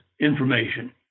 information